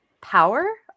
power